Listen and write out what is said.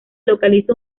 localiza